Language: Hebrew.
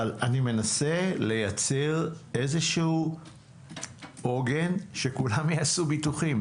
אבל אני מנסה לייצר איזה עוגן שכולם יעשו ביטוחים.